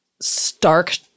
stark